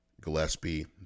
Gillespie